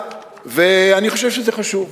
ואני חושב שזה חשוב.